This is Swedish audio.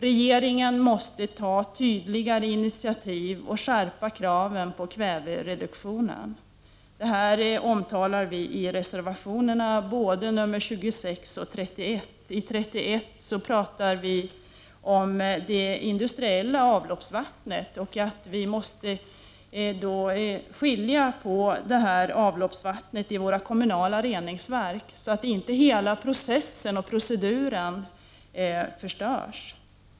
Regeringen måste ta tydligare initiativ och skärpa kraven på kvävereduktion. Det berör vi i reservationerna 26 och 31. I reservation 31 berör vi det industriella avloppsvattnet och säger att vi måste avskilja det i våra kommunala reningsverk, så att inte hela processen förstörs.